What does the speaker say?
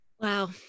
wow